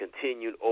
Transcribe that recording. continued